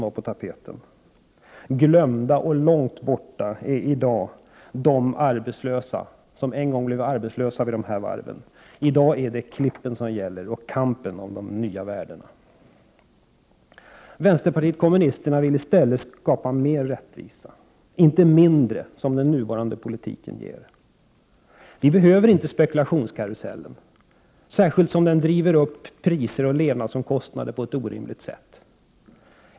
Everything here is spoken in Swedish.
Glömda och 1 februari 1989 långt borta är i dag de arbetslösa som en gång förlorade sina arbeten vidde ZGGT— här varven. I dag är det klippen som gäller och kampen om de nya värdena. Allmänpolitiskdebatt Vi i vänsterpartiet kommunisterna vill i stället skapa mer rättvisa — inte -. mindre, som den nuvarande politiken ger. Vi behöver inte spekulationskaru Ekonomi sellen, särskilt som den driver upp priser och levnadsomkostnader på ett orimligt sätt.